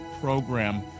program